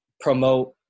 promote